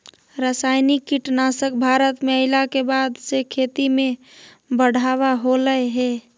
रासायनिक कीटनासक भारत में अइला के बाद से खेती में बढ़ावा होलय हें